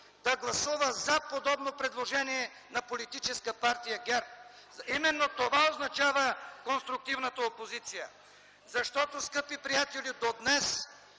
да гласува за подобно предложение на политическа партия ГЕРБ. Именно това означава конструктивната опозиция, защото, скъпи приятели, до днес